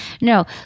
No